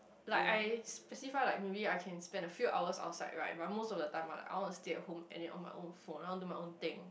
like I specify like maybe I can spend a few hours outside right but most of the time right I want to stay at home and then on my own phone do my own thing